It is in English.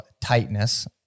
tightness